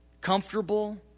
comfortable